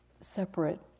separate